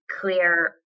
clear